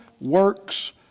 works